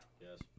Yes